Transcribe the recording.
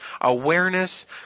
awareness